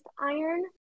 iron